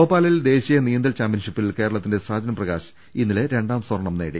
ഭോപ്പാലിൽ ദേശീയ നീന്തൽ ചാമ്പ്യൻഷിപ്പിൽ കേരളത്തിന്റെ സാജൻ പ്രകാശ് ഇന്നലെ രണ്ടാം സ്വർണ്ണം നേടി